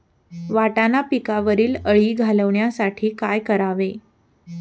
वाटाणा पिकावरील अळी घालवण्यासाठी काय करावे?